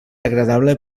agradable